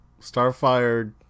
Starfire